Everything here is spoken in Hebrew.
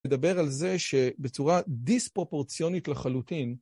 לדבר על זה שבצורה דיספרופורציונית לחלוטין.